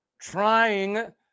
Trying